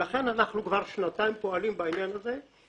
אנחנו פועלים כבר שנתיים בעניין זה,